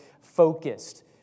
focused